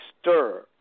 stir